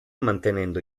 mantenendo